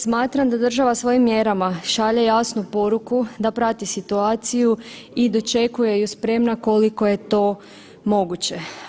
Smatram da država svojim mjerama šalje jasnu poruku da prati situaciju i dočekuje ju spremna koliko je to moguće.